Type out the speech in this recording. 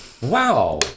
Wow